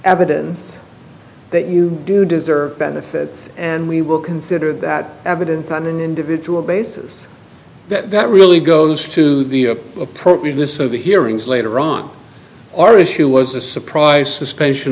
evidence that you do deserve benefits and we will consider that evidence on an individual basis that really goes to the appropriateness of the hearings later on or issue was a surprise suspension